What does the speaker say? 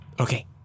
Okay